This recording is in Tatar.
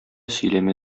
сөйләмә